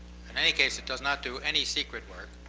in any case, it does not do any secret work.